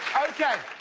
okay.